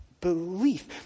belief